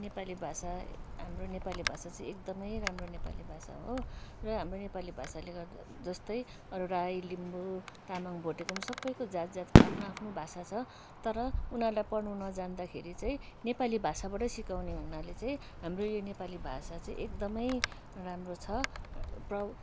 नेपाली भाषा हाम्रो नेपाली भाषा चाहिँ एकदमै राम्रो नेपाली भाषा हो र हाम्रो नेपाली भाषाले गर्दा जस्तै अरू राई लिम्बू तामङ भोटेको पनि सबैको जात जातको आफ्नो आफ्नो भाषा छ तर उनीहरूलाई पढ्नु न जान्दाखेरि चाहिँ नेपाली भाषाबाटै सिकाउने हुनाले चाहिँ हाम्रो यो नेपाली भाषा चाहिँ एकदमै राम्रो छ प्र